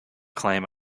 claim